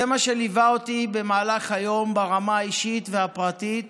זה מה שליווה אותי במהלך היום ברמה האישית והפרטית